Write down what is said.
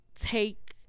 take